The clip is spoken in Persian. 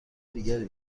دیگری